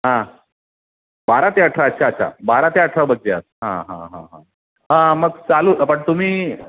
हां बारा ते अठरा अच्छा अच्छा बारा ते अठरा बघित हां हां हां हां हां मग चालू बट तुम्ही